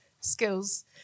skills